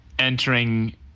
entering